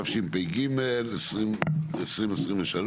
התשפ"ג-2023